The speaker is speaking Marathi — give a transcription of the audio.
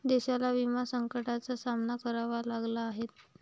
देशाला विमा संकटाचा सामना करावा लागला आहे